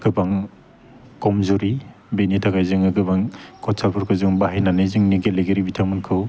गोबां खमजुरि बेनि थाखाय जोङो गोबां कच्चारफोरखौ जों बाहायनानै जोंनि गेलेगिरि बिथांमोनखौ